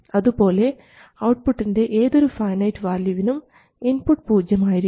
അതുപോലെ ഔട്ട്പുട്ടിൻറെ ഏതൊരു ഫൈനൈറ്റ് വാല്യുവിനും ഇൻപുട്ട് പൂജ്യം ആയിരിക്കണം